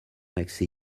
accès